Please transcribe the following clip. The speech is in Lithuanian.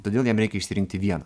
todėl jam reikia išsirinkti vieną